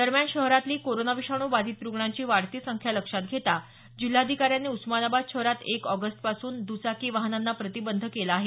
दरम्यान शहरातली कोरोना विषाणू बाधित रुग्णांची वाढती संख्या लक्षात घेता जिल्हाधिकाऱ्यांनी उस्मानाबाद शहरात एक ऑगस्टपासून दुचाकी वाहनांना प्रतिबंध केला आहे